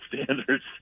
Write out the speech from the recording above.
standards